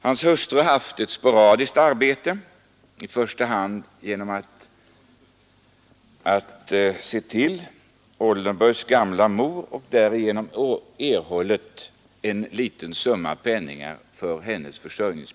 Hans hustru har haft ett sporadiskt arbete, i första hand med att se till Oldenburgs gamla mor, och har därigenom erhållit ett litet bidrag till sin försörjning.